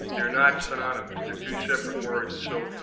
they're not synonymous. they're two separate words. and so,